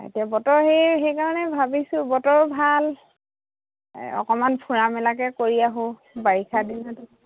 এতিয়া বতৰ সেই সেইকাৰণে ভাবিছোঁ বতৰো ভাল অকণমান ফুৰা মেলাকে কৰি আহোঁ বাৰিষা দিনত